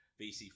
VC